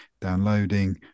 downloading